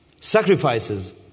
Sacrifices